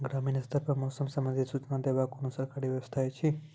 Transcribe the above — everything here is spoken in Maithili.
ग्रामीण स्तर पर मौसम संबंधित सूचना देवाक कुनू सरकारी व्यवस्था ऐछि?